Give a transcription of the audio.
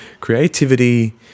Creativity